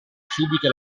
subito